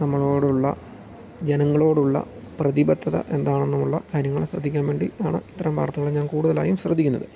നമ്മളോടുള്ള ജനങ്ങളോടുള്ള പ്രതിബദ്ധത എന്താണെന്നുമുള്ള കാര്യങ്ങൾ ശ്രദ്ധിക്കാൻ വേണ്ടി ആണ് ഇത്തരം വാർത്തകൾ ഞാൻ കൂടുതലായും ശ്രദ്ധിക്കുന്നത്